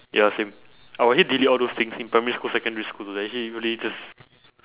ya same I will hit delete all those things in primary school secondary school it's actually really just